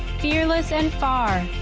fearless and far.